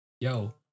Yo